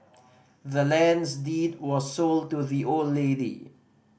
the land's deed was sold to the old lady